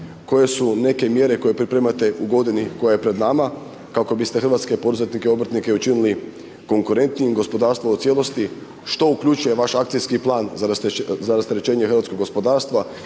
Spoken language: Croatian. koje su neke mjere koje pripremate u godini koja je pred nama kako bi ste hrvatske poduzetnike i obrtnike učinili konkurentnijim, gospodarstvo u cijelosti, što uključuje vaš akcijski plan za rasterećenje hrvatskog gospodarstva